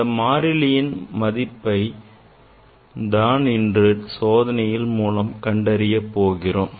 இந்த மாறியின் மதிப்பை தான் நாம் இன்று சோதனையின் மூலம் கண்டறிய போகிறோம்